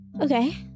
Okay